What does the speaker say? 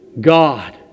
God